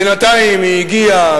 בינתיים היא הגיעה,